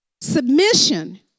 submission